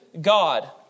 God